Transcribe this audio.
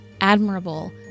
admirable